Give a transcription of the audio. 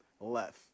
left